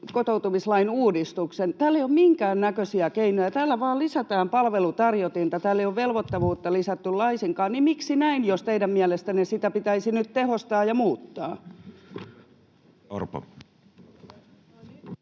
kotoutumislain uudistuksen: täällä ei ole minkäännäköisiä keinoja, täällä vain lisätään palvelutarjotinta, täällä ei ole velvoittavuutta lisätty laisinkaan. Miksi näin, jos teidän mielestänne sitä pitäisi nyt tehostaa ja muuttaa?